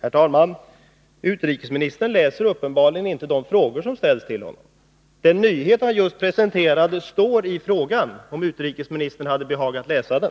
Herr talman! Utrikesministern läser uppenbarligen inte de frågor som ställs till honom. Den ”nyhet” han just presenterade står i frågan, som utrikesministern kunnat finna om han hade behagat att läsa den.